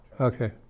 Okay